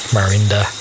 Marinda